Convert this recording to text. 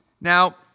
Now